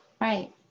Right